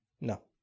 No